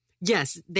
Yes